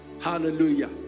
Hallelujah